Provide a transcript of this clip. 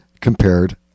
compared